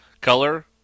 color